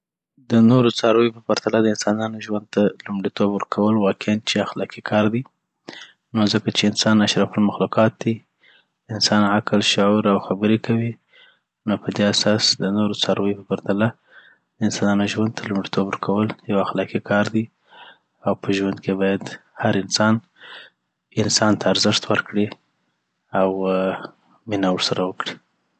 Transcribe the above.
د نورو څارويو په پرتله د انسانانو ژوند ته لومړیتوب ورکول واقیعا چي اخلاقي کار دی نو ځکه چي انسان اشرف المخلوقات دي انسان عقل، شعور او خبري کوي نو پدی اساس د نورو څارويو په پرتله .د انسانانو ژوند ته لومړیتوب ورکول یو اخلاقی کار دي او په ژوند کي باید هر انسان انسان ته ارزښت ورکړی او مینه ورسره وکړی.